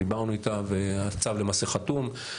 דיברנו איתה והצו למעשה חתום.